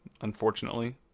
unfortunately